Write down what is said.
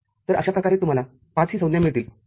तरअशा प्रकारे तुम्हाला पाचही संज्ञा मिळतील